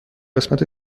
قسمت